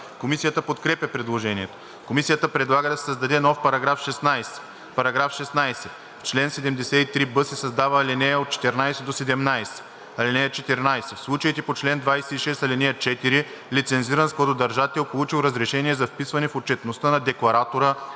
Комисията подкрепя предложението. Комисията предлага да се създаде нов § 16: „§ 16. В чл. 73б се създават ал. 14 – 17: „(14) В случаите по чл. 26, ал. 4 лицензиран складодържател, получил разрешение за вписване в отчетността на декларатора